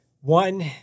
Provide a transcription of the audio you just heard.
one